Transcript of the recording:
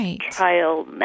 trial